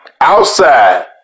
outside